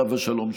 עליו השלום,